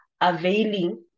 availing